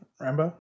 Rambo